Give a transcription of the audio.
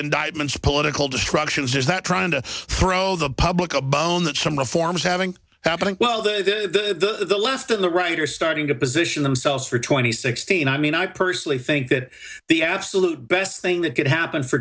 indictment political distractions is that trying to throw the public a bone that some reforms having happening well that the left and the right are starting to position themselves for twenty sixteen i mean i personally think that the absolute best thing that could happen for